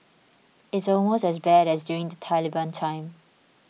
it's almost as bad as during the Taliban time